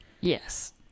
Yes